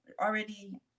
already